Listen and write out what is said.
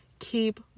keep